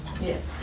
Yes